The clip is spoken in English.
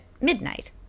midnight